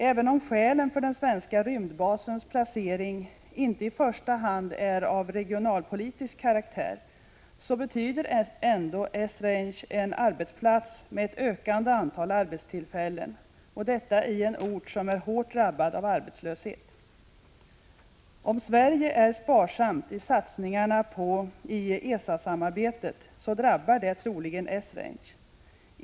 Även om skälen för den svenska rymdbasens placering inte i första hand är av regionalpolitisk karaktär, betyder ändå Esrange en arbetsplats med ett ökande antal arbetstillfällen — detta i en ort som är hårt drabbad av arbetslöshet. Om Sverige är sparsamt med satsningarna i ESA-samarbetet, drabbar det troligen Esrange.